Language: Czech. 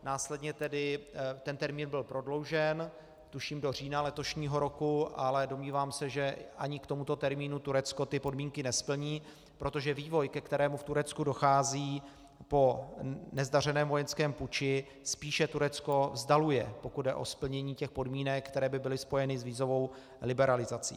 Následně tedy termín byl prodloužen tuším do října letošního roku, ale domnívám se, že ani k tomuto termínu Turecko ty podmínky nesplní, protože vývoj, ke kterému v Turecku dochází po nezdařeném vojenském puči, spíše Turecko vzdaluje, pokud jde o splnění podmínek, které by byly spojeny s vízovou liberalizací.